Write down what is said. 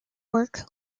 work